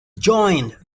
joined